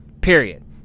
Period